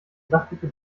sachliche